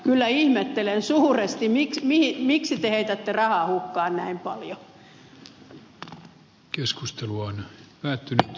kyllä ihmettelen suuresti miksi te heitätte rahaa hukkaan näin paljon